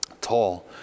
tall